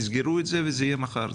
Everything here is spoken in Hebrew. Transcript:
"תסגרו" את זה, וזה יהיה מחר.